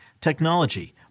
technology